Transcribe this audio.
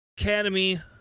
academy